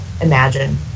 imagine